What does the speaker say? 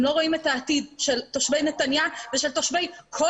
הם לא רואים את העתיד של תושבי נתניה ושל תושבי כל